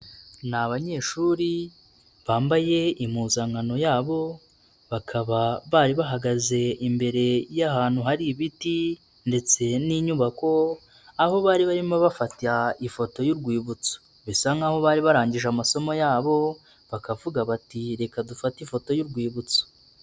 Ni abanyeshuri bambaye impuzankano yabo, bakaba bari bahagaze imbere y'ahantu hari ibiti ndetse n'inyubako, aho bari barimo bafata ifoto y'urwibutso, bisa nk'aho bari barangije amasomo yabo, bakavuga bati reka dufate ifoto y'urwibutso.